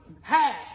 Half